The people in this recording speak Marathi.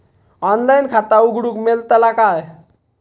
ऑनलाइन खाता उघडूक मेलतला काय?